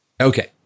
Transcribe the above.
Okay